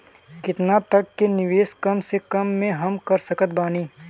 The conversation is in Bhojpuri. केतना तक के निवेश कम से कम मे हम कर सकत बानी?